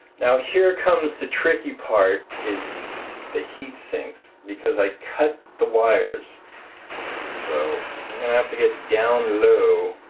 now here comes the tricky part is the heatsinks because i cut the wires so i have to get down low